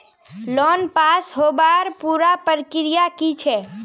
Loan pass होबार पुरा प्रक्रिया की छे?